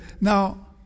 now